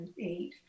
eight